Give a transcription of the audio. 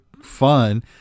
fun